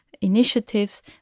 initiatives